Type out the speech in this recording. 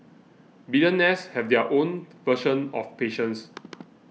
billionaires have their own version of patience